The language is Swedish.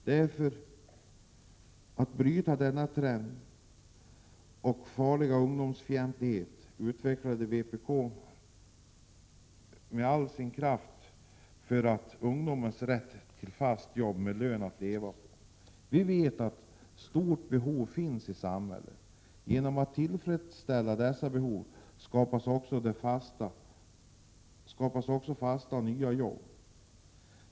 Det är för att bryta denna farliga och ungdomsfientliga utveckling som vpk med all kraft kämpar för ungdomens rätt till fast jobb med lön att leva på. Vi vet att stora behov finns i samhället. Genom att tillfredsställa dessa behov skapas också fasta och nya jobb.